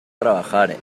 trabajar